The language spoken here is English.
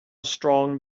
strong